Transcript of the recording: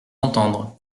entendre